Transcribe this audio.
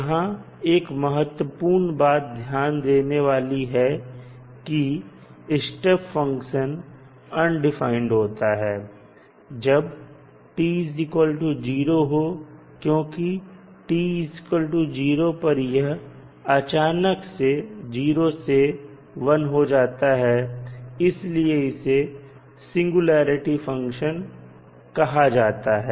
यहां एक महत्वपूर्ण बात ध्यान देने वाली है की स्टेप फंक्शन अनडिफाइंड होता है जब t0 हो क्योंकि t0 पर यह अचानक से 0 से 1 हो जाता है इसलिए इसे सिंगुलेरिटी फंक्शन कहा जाता है